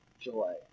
joy